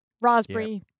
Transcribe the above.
raspberry